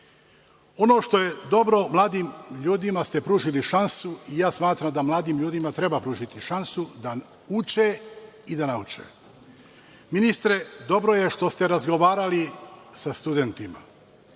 što je dobro, mladim ljudima ste pružili šansu. Ja smatram da mladim ljudima treba pružiti šansu da uče i da nauče. Ministre, dobro je što ste razgovarali sa studentima,